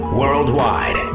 worldwide